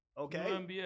Okay